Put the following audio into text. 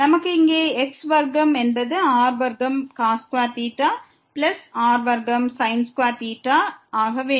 நமக்கு இங்கே x வர்க்கம் என்பது r வர்க்கம் cos2 பிளஸ் r வர்க்கம் sin2 ஆக வேண்டும்